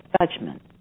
judgment